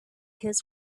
his